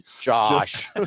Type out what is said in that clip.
Josh